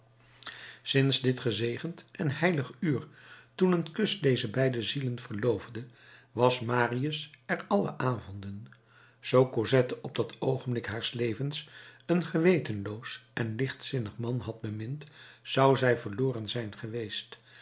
sinds dit gezegend en heilig uur toen een kus deze beide zielen verloofde kwam marius er alle avonden zoo cosette op dat oogenblik haars levens een gewetenloos en lichtzinnig man had bemind zou zij verloren zijn geweest